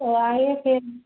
तो आइए फिर